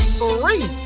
three